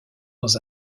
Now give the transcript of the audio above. dans